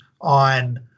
on